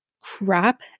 crap